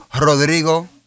Rodrigo